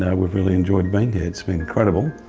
we've really enjoyed being here. it's been incredible,